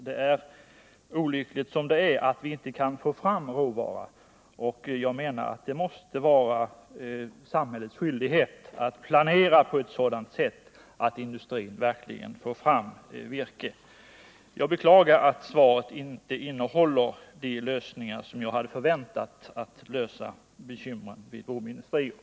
Det är olyckligt att man inte kan få fram råvaran, och det måste vara samhällets skyldighet att planera på ett sådant sätt att industrin verkligen får virke. Jag beklagar alltså att svaret inte innehåller de förslag till åtgärder som jag hade förväntat och som skulle lösa bekymren vid Broby Industrier.